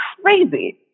crazy